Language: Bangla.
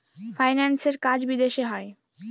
ফাইন্যান্সের কাজ বিদেশে হয়